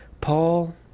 Paul